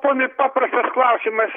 ponai paprastas klausimas